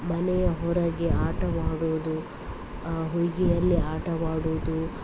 ಮನೆಯ ಹೊರಗೆ ಆಟವಾಡೋದು ಆಟವಾಡೋದು